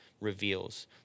reveals